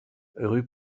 rue